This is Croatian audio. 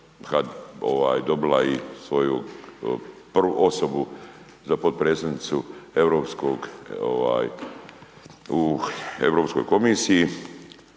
je dobila i svoju osobu za potpredsjednicu u Europskoj komisiji,